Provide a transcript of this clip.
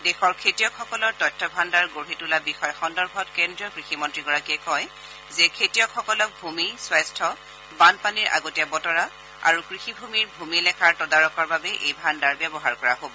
দেশৰ খেতিয়কসকলৰ তথ্য ভাণ্ডাৰ গঢ়ি তোলা বিষয় সন্দৰ্ভত কেন্দ্ৰীয় কৃষিমন্ত্ৰীগৰাকীয়ে কয় যে খেতিয়কসকলক ভূমি স্বাস্থ্য বানপানীৰ আগতীয়া বতৰা আৰু কৃষিভূমিৰ ভূমিলেখাৰ তদাৰকৰ বাবে এই ভাণ্ডাৰ ব্যৱহাৰ কৰা হব